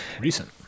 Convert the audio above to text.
Recent